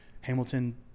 Hamilton